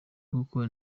kuko